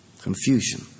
Confusion